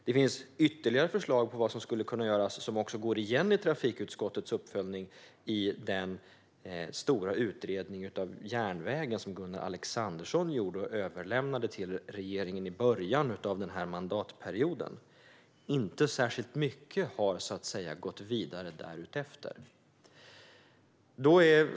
Det finns ytterligare förslag på vad som skulle kunna göras som också går igen i trafikutskottets uppföljning i den stora utredning av järnvägen som Gunnar Alexandersson gjorde och överlämnade till regeringen i början av den här mandatperioden. Inte särskilt mycket har så att säga gått vidare därefter.